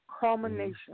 culmination